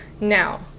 Now